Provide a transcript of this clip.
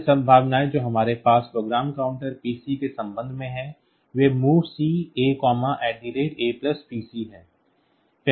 अन्य संभावनाएं जो हमारे पास प्रोग्राम काउंटर PC के संबंध में हैं वे MOVC AAPC हैं